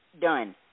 done